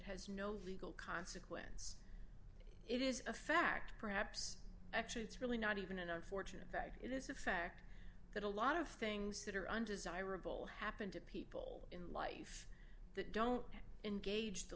has no legal consequence it is a fact perhaps actually it's really not even an unfortunate fact it is a fact that a lot of things that are undesirable happen to people in life that don't engage the